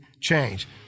change